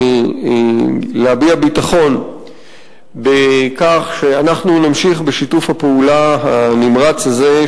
להביע ביטחון בכך שאנחנו נמשיך בשיתוף הפעולה הנמרץ הזה,